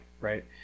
right